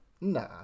Nah